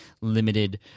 limited